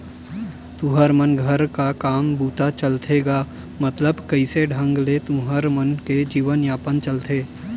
तुँहर मन घर का काम बूता चलथे गा मतलब कइसे ढंग ले तुँहर मन के जीवन यापन चलथे?